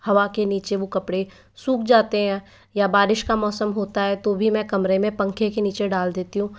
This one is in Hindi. हवा के नीचे वह कपड़े सूख जाते हैं या बारिश का मौसम होता है तो भी मैं कमरे में पंखे के नीचे डाल देती हूँ